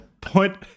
point